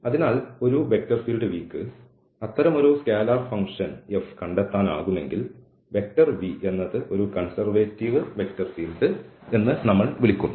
അതിനാൽ ഒരു vector field V യ്ക്ക് അത്തരമൊരു സ്കേലർ ഫംഗ്ഷൻ f കണ്ടെത്താനാകുമെങ്കിൽ V എന്നത് ഒരു കൺസെർവേറ്റീവ് വെക്റ്റർ ഫീൽഡ് എന്ന് നമ്മൾ വിളിക്കുന്നു